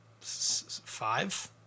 five